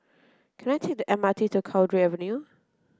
can I take the M R T to Cowdray Avenue